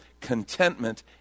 Contentment